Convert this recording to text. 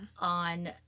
on